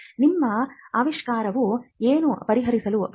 ನಿಮ್ಮ ಆವಿಷ್ಕಾರವು ಏನು ಪರಿಹರಿಸಲು ಬಯಸುತ್ತದೆ